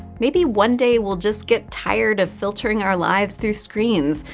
maybe one day we'll just get tired of filtering our lives through screens,